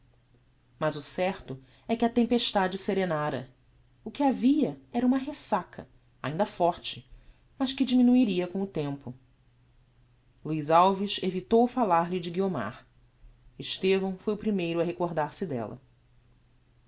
mas o certo é que a tempestade serenara o que havia era uma ressaca ainda forte mas que diminuiria com o tempo luiz alves evitou falar-lhe de guiomar estevão foi o primeiro a recordar-se della